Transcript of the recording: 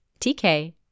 TK